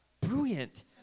brilliant